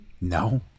No